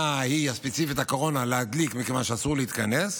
ההיא הספציפית של הקורונה להדליק מכיוון שאסור להתכנס.